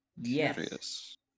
Yes